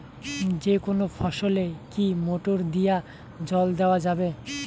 যেকোনো ফসলে কি মোটর দিয়া জল দেওয়া যাবে?